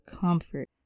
comfort